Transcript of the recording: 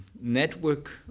network